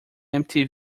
empty